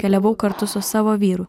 keliavau kartu su savo vyru